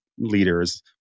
leaders